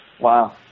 Wow